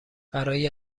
برای